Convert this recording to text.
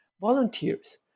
volunteers